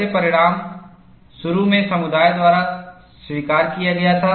कैसे परिणाम शुरू में समुदाय द्वारा स्वीकार किया गया था